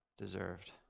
deserved